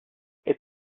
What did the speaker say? est